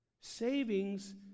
Savings